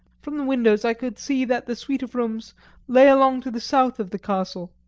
from the windows i could see that the suite of rooms lay along to the south of the castle,